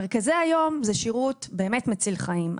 מרכזי היום זה שירות באמת מציל חיים.